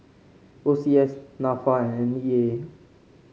O C S NAFA and N E A